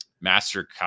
master